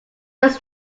does